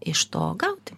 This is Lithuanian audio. iš to gauti